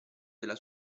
della